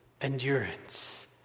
endurance